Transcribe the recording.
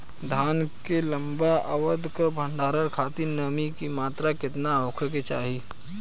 धान के लंबा अवधि क भंडारण खातिर नमी क मात्रा केतना होके के चाही?